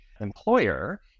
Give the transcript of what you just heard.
employer